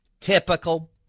typical